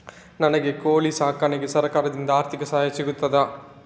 ನನಗೆ ಕೋಳಿ ಸಾಕಾಣಿಕೆಗೆ ಸರಕಾರದಿಂದ ಆರ್ಥಿಕ ಸಹಾಯ ಸಿಗುತ್ತದಾ?